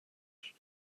داشت